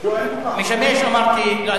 תמשיך לשבח אותו עוד חמש דקות.